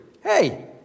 Hey